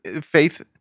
faith